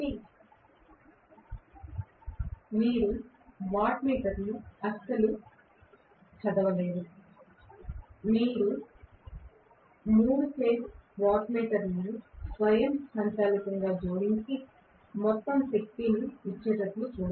కాబట్టి మీరు వాట్మీటర్ను అస్సలు చదవలేరు 3 ఫేజ్ వాట్మీటర్ స్వయంచాలకంగా జోడించి మొత్తం శక్తిని ఇస్తుంది